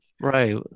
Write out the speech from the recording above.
right